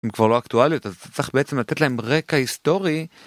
כבר לא אקטואליות אז צריך בעצם לתת להם רקע היסטורי.